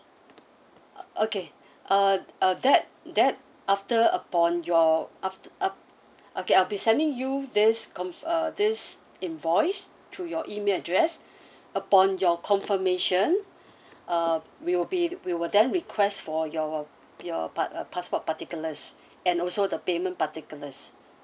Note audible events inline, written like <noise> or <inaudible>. <noise> okay uh uh that that after upon your after af~ okay I'll be sending you this con~ uh this invoice through your email address upon your confirmation uh we'll be we will then request for your your pas~ uh passport particulars and also the payment particulars